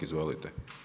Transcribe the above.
Izvolite.